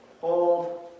hold